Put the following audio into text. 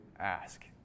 Ask